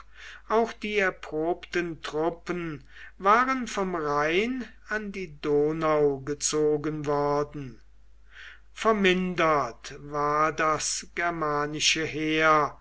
auch die erprobten truppen waren vom rhein an die donau gezogen worden vermindert war das germanische heer